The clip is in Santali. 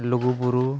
ᱞᱩᱜᱩᱵᱩᱨᱩ